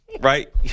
right